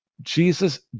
Jesus